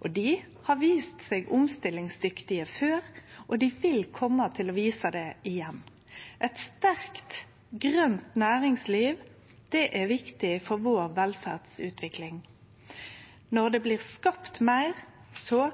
og dei har vist seg omstillingsdyktige før, og dei vil kome til å vise det igjen. Eit sterkt, grønt næringsliv er viktig for velferdsutviklinga vår. Når det blir skapt meir,